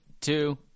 two